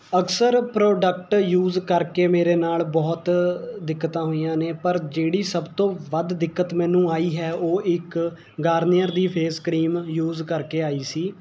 ਅਕਸਰ product use ਕਰਕੇ ਮੇਰੇ ਨਾਲ ਬਹੁਤ ਦਿੱਕਤਾਂ ਹੋਈਆਂ ਨੇ ਪਰ ਜਿਹੜੀ ਸਭ ਤੋਂ ਵੱਧ ਦਿੱਕਤ ਮੈਨੂੰ ਆਈ ਹੈ ਉਹ ਇੱਕ ਗਾਰਨੀਅਰ ਦੀ ਫੇਸ ਕਰੀਮ ਯੂਜ਼ ਕਰਕੇ ਆਈ ਸੀ